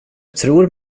tror